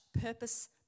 purpose